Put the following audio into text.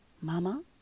Mama